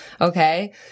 okay